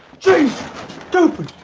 geez doopey.